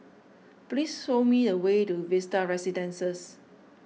please show me a way to Vista Residences